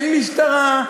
אין משטרה?